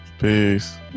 peace